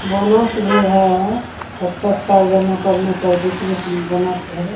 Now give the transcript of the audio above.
bonus भी है पाँच पाँच साल जमा करने पर बीच बीच में बोनस है